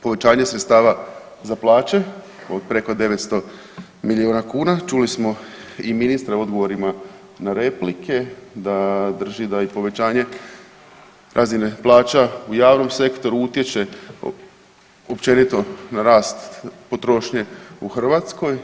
Povećanje sredstava za plaće preko 900 milijuna kuna, čuli smo i ministra u odgovorima na replike da drži da je povećanje razine plaća u javnom sektoru utječe općenito na rast potrošnje u Hrvatskoj.